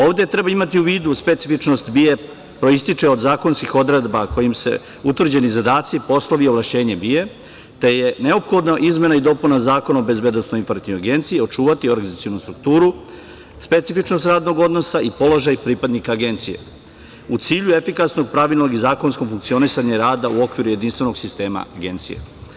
Ovde treba imati u vidu specifičnost BIA koja proističe od zakonskih odredaba kojim se utvrđeni zadaci po osnovu ovlašćenja BIA, te je neophodna izmena i dopuna Zakona o BIA, očuvati organizacionu strukturu, specifičnost radnog odnosa i položaj pripadnika Agencije, u cilju efikasnog i pravilnog funkcionisanja i rada u okviru jedinstvenog sistema Agencije.